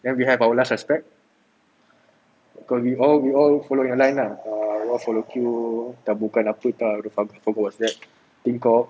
then we have our last respect cause we all we all follow a line lah err follow queue taburkan apa entah forgot what's that thing called